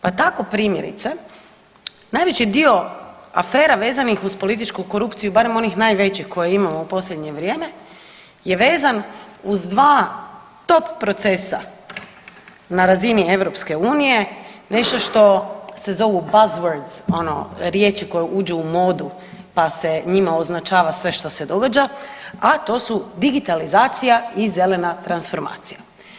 Pa tako primjerice najveći dio afera vezanih uz političku korupciju barem onih najvećih koje imamo u posljednje vrijeme je vezan uz dva top procesa na razini EU nešto što se zovu buzzwords ono riječi koje uđu u modu pa se njima označava sve što se događa, a to su digitalizacija i zelena transformacija.